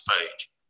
page